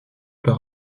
par